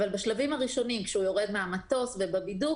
אבל בשלבים הראשונים כשהוא יורד מהמטוס ובבידוק